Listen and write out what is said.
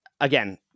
again